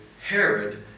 herod